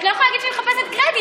את לא יכולה להגיד שאני מחפשת קרדיט.